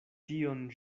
tion